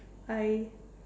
I